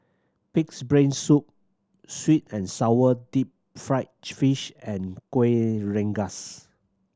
Pig's Brain Soup sweet and sour deep fried fish and Kueh Rengas